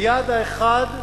היעד האחד,